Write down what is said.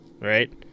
right